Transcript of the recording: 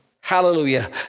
Hallelujah